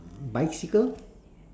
bicycle